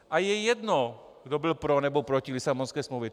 A je jedno, kdo byl pro, nebo proti Lisabonské smlouvě.